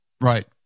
Right